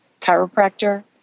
chiropractor